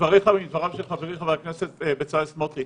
אני מסכים עם דבריך ועם דבריו של חברי חבר הכנסת בצלאל סמוטריץ',